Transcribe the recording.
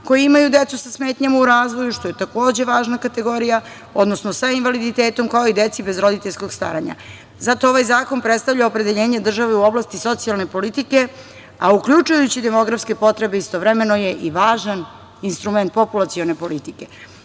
koje imaju decu sa smetnjama u razvoju, što je takođe važnakategorija, odnosno sa invaliditetom, kao i deci bez roditeljskog staranja. Zato ovaj zakon predstavlja opredeljenje države koja u oblasti socijalne politike, a uključujući demografske potrebe, istovremeno je i važan instrument populacione politike. Kada